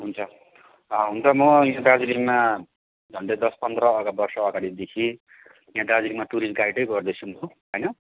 हुन्छ हुन्छ म यहाँ दार्जिलिङमा झन्डै दस पन्ध्र वर्ष अगाडिदेखि यहाँ दार्जिलिङमा टुरिस्ट गाइडै गर्दैछु म होइन